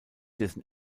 dessen